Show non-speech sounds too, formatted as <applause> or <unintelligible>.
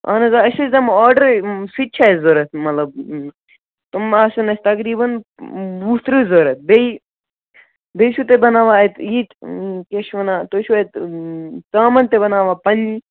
اَہن حظ آ أسۍ حظ دِمو آڈرٕے سُہ تہِ چھِ اَسہِ ضوٚرَتھ مطلب تِم آسَن اَسہِ تقریٖباً وُہ تٕرٛہ ضوٚرَتھ بیٚیہِ بیٚیہِ چھُو تُہۍ بَناوان اَتہِ یہِ تہِ کیٛاہ چھِ وَنان تُہۍ چھُو اَتہِ ژامَن تہِ بَناوان <unintelligible>